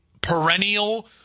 perennial